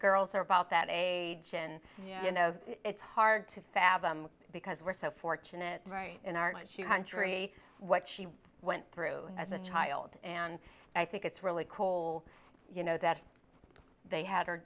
girls are about that age and you know it's hard to fathom because we're so fortunate in aren't you contrary what she went through as a child and i think it's really cold you know that they had